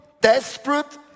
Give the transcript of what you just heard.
desperate